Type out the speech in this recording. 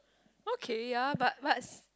okay ya but but